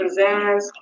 pizzazz